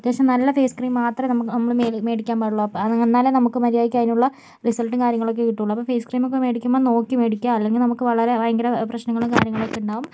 അത്യാവശ്യം നല്ല face cream മാത്രമേ നമ്മള് മേടി മേടിക്കാൻ പാടൊള്ളു അപ്പോൾ എന്നാലെ നമുക്ക് മര്യാദയ്ക്ക് അതിനുള്ള റിസൾട്ടും കാര്യങ്ങളും ഒക്കെ കിട്ടുള്ളു അപ്പോൾ ഫേസ് ക്രീം ഒക്കെ മേടിക്കുമ്പോൾ നോക്കി മേടിക്കുക അല്ലെങ്കിൽ നമുക്ക് വളരെ ഭയങ്കര പ്രശ്നങ്ങളും കാര്യങ്ങളും ഒക്കെ ഉണ്ടാവും